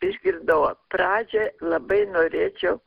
išgirdau pradžią labai norėčiau